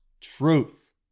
truth